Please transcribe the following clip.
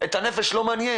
הנפש לא מעניין.